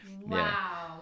Wow